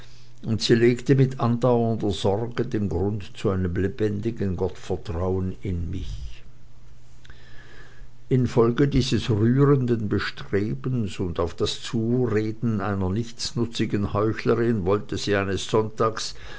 und sie legte mit andauernder sorge den grund zu einem lebendigen gottvertrauen in mich infolge dieses rührenden bestrebens und auf das zureden einer nichtsnutzigen heuchlerin wollte sie eines sonntags